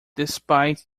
despite